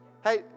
Hey